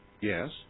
Yes